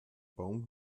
baum